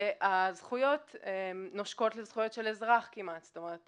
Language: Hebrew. והזכויות נושקות לזכויות של אזרח כמעט, זאת אומרת